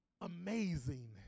amazing